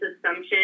assumption